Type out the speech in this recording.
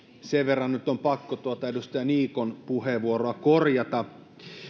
sen verran nyt on pakko tuota edustaja niikon puheenvuoroa korjata